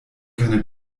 keine